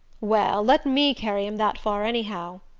well, let me carry him that far anyhow,